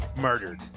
murdered